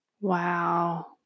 Wow